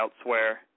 elsewhere